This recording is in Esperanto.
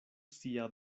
sia